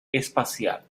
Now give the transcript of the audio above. espacial